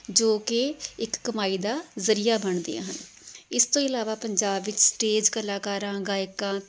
ਜੋ ਕਿ ਇੱਕ ਕਮਾਈ ਦਾ ਜ਼ਰੀਆ ਬਣਦੀਆਂ ਹਨ ਇਸ ਤੋਂ ਇਲਾਵਾ ਪੰਜਾਬ ਵਿੱਚ ਸਟੇਜ ਕਲਾਕਾਰਾਂ ਗਾਇਕਾਂ